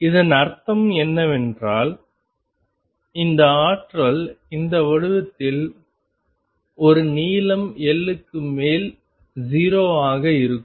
இதன் அர்த்தம் என்னவென்றால் இந்த ஆற்றல் இந்த வடிவத்தில் ஒரு நீளம் L க்கு மேல் 0 ஆக இருக்கும்